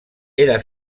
era